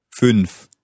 Fünf